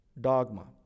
dogma